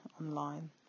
online